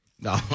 No